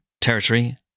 territory